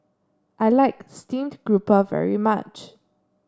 I like Steamed Grouper very much